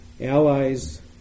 allies